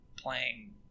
playing